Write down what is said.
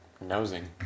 Nosing